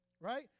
right